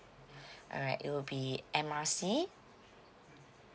alright it will be M R C